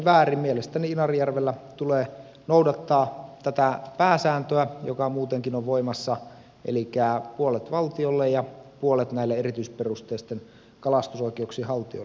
mielestäni inarinjärvellä tulee noudattaa tätä pääsääntöä joka muutenkin on voimassa elikkä puolet valtiolle ja puolet erityisperusteisten kalastusoikeuksien haltijoille